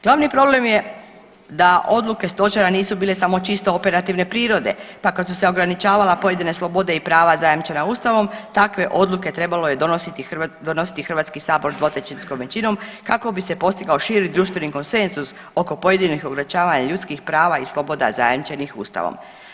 Glavni problem je da odluke Stožera nisu bile samo čisto operativne prirode, pa kad su se ograničavala pojedine slobode i prava zajamčena Ustavom takve odluke trebalo je donositi Hrvatski sabor dvotrećinskom većinom kako bi se postigao širi društveni konsenzus oko pojedinih ograničavanja ljudskih prava i sloboda zajamčenih Ustavom.